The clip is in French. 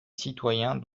citoyens